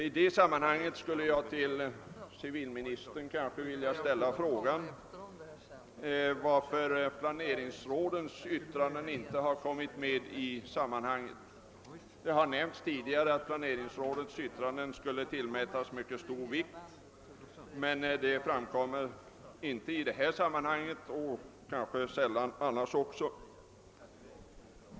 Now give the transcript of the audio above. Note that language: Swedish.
I det sammanhanget skulle jag till civilministern vilja ställa frågan om anledningen till att planeringsrådens yttranden inte har tagits med. Det har tidigare sagts att planeringsrådens yttranden skulle tillmätas mycket stor vikt. Men så är tydligen inte fallet i detta sammanhang — liksom så sällan annars.